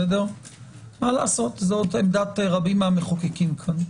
זאת עמדת רבים מהמחוקקים כאן.